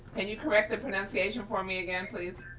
can you correct the pronunciation for me again, please?